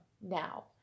now